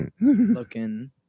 looking